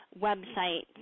website